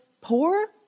poor